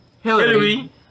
Hillary